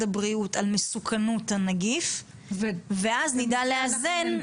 הבריאות על מסוכנות הנגיף ואז נדע לאזן.